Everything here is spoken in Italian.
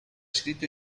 scritto